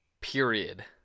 period